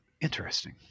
interesting